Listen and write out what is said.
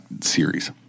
series